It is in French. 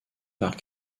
par